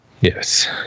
yes